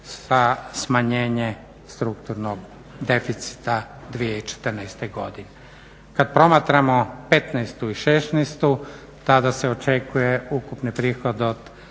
sa smanjenje strukturnog deficita 2014. godine. Kad promatramo '15. i '16. tada se očekuje ukupni prihod od